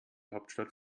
hauptstadt